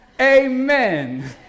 Amen